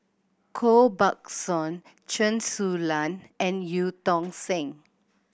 Koh Buck Song Chen Su Lan and Eu Tong Sen